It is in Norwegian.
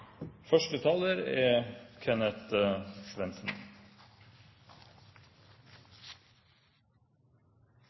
Første taler på kveldsmøtet er